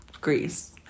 Greece